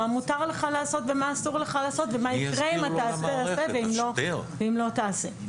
מה מותר לך לעשות ומה אסור לך לעשות ומה יקרה אם אתה תעשה ואם לא תעשה.